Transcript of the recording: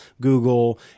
Google